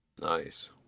Nice